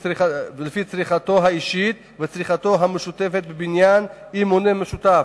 צריכתו האישית וצריכתו המשותפת בבניין עם מונה משותף.